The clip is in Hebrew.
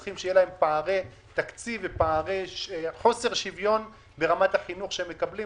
צריכים שיהיו להם פערי תקציב וחוסר שוויון ברמת החינוך שהם מקבלים?